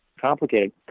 complicated